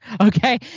okay